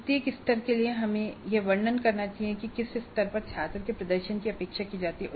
प्रत्येक स्तर के लिए हमें यह वर्णन करना चाहिए कि किस स्तर पर छात्र के प्रदर्शन की अपेक्षा की जाती है